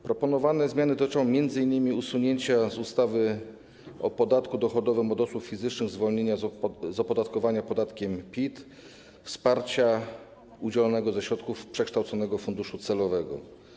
Proponowane zmiany dotyczą m.in. usunięcia z ustawy o podatku dochodowym od osób fizycznych zwolnienia z opodatkowania podatkiem PIT wsparcia udzielonego ze środków przekształconego funduszu celowego.